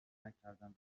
نکردند